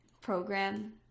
program